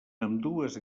ambdues